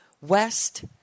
West